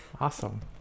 Awesome